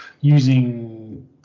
using